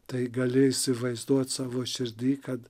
tai gali įsivaizduot savo širdy kad